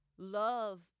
love